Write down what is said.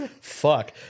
Fuck